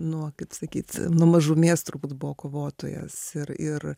nuo kaip sakyt nuo mažumės turbūt buvo kovotojas ir ir